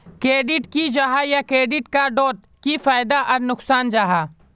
Credit की जाहा या क्रेडिट कार्ड डोट की फायदा आर नुकसान जाहा?